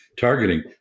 targeting